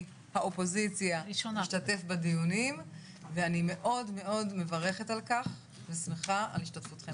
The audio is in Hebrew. האופוזיציה להשתתף בדיונים ואני מאוד מאוד מברכת על כך ושמחה על השתתפותכם.